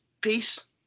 Peace